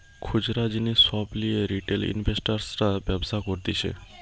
খুচরা জিনিস সব লিয়ে রিটেল ইনভেস্টর্সরা ব্যবসা করতিছে